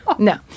No